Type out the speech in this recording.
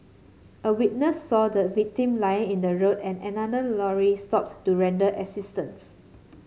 a witness saw the victim lying in the road and another lorry stopped to render assistance